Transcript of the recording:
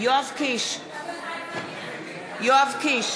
יואב קיש,